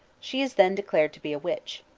she is then declared to be a witch.